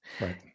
Right